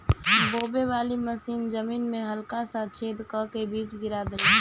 बोवे वाली मशीन जमीन में हल्का सा छेद क के बीज गिरा देले